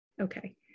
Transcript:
Okay